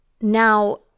Now